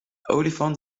olifant